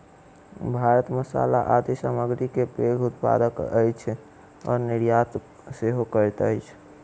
भारत मसाला आदि सामग्री के पैघ उत्पादक अछि आ निर्यात सेहो करैत अछि